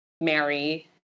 Mary